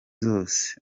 zose